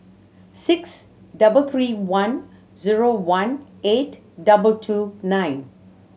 six double three one zero one eight double two nine